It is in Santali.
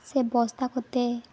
ᱥᱮ ᱵᱚᱥᱛᱟ ᱠᱚᱛᱮ